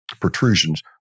protrusions